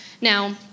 Now